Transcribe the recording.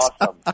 awesome